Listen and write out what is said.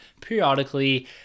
periodically